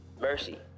mercy